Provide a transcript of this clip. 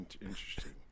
Interesting